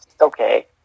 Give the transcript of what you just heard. okay